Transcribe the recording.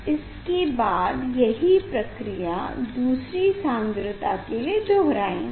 इसके बाद यही प्रक्रिया दूसरी सान्द्रता के लिए दोहराएँगे